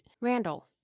Randall